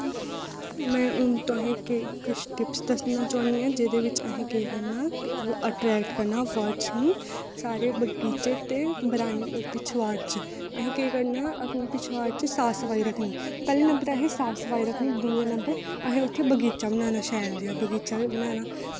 में हून तुसेंगी किश टिप्स दस्सना चाह्न्नी आं जेह्दे बिच असें केह् करना ओह् अट्रैक्ट करना फॉर्च नू सारे बगीचे ते पिछवाड़ च असें केह् करना अपने पिछवाड़ च साफ सफाई रक्खनी पैह्ले नंबर असें साफ सफाई रक्खनी दूऐ नंबर असें उत्थै बगीचा बनाना शैल जेहा बगीचा बनाना